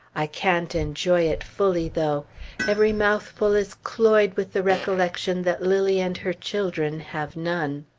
i can't enjoy it fully, though every mouthful is cloyed with the recollection that lilly and her children have none.